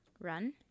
Run